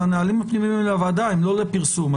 הנהלים הפנימיים הם לוועדה, הם לא לפרסום.